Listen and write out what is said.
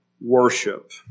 worship